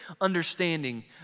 understanding